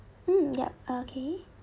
mm yup okay